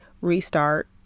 restart